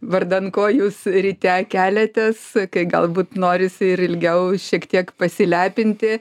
vardan ko jūs ryte keliatės kai galbūt norisi ir ilgiau šiek tiek pasilepinti